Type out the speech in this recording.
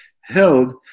held